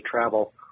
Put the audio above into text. travel